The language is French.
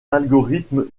l’algorithme